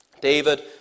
David